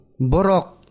Borok